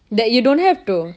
that you don't have to